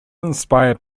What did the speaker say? inspired